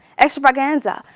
extravaganza,